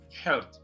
help